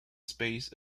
space